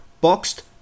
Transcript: boxed